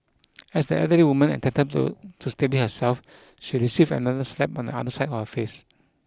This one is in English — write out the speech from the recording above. as the elderly woman attempted to to steady herself she received another slap on the other side of her face